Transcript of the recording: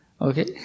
okay